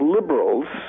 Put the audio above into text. Liberals